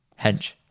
hench